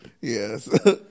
Yes